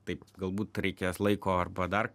taip galbūt reikės laiko arba dar